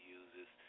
uses